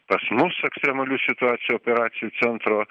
pas mus ekstremalių situacijų operacijų centro